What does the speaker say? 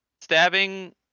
stabbing